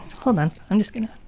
hold on. i'm just gonna,